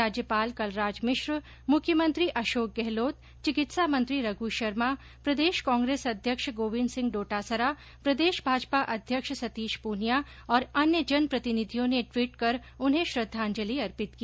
राज्यपाल कलराज मिश्र मुख्यमंत्री अशोक गहलोत चिकित्सा मंत्री रघ् शर्मा प्रदेश कांग्रेस अध्यक्ष गोविन्द सिंह डोटासरा प्रदेश भाजपा अध्यक्ष सतीश प्रनिया और अन्य जनप्रतिनिधियों ने ट्वीट कर उन्हें श्रद्वांजलि अर्पित की